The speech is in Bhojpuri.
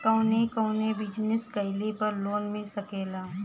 कवने कवने बिजनेस कइले पर लोन मिल सकेला?